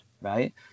right